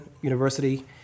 University